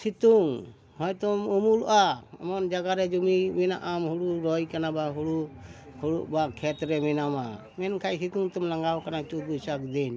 ᱥᱤᱛᱩᱝ ᱦᱚᱭᱛᱳᱢ ᱩᱢᱩᱞᱚᱜᱼᱟ ᱮᱢᱚᱱ ᱡᱟᱭᱜᱟᱨᱮ ᱡᱩᱢᱤ ᱢᱮᱱᱟᱜᱼᱟ ᱦᱩᱲᱩ ᱨᱚᱦᱚᱭ ᱠᱟᱱᱟ ᱵᱟ ᱦᱩᱲᱩ ᱦᱩᱲᱩ ᱵᱟ ᱠᱷᱮᱛ ᱨᱮ ᱢᱮᱱᱟᱢᱟ ᱢᱮᱱᱠᱷᱟᱡ ᱥᱤᱛᱩᱝᱛᱮᱢ ᱞᱟᱸᱜᱟᱣ ᱠᱟᱱᱟ ᱪᱟᱹᱛ ᱵᱟᱹᱭᱥᱟᱠᱷ ᱫᱤᱱ